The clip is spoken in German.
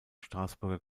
straßburger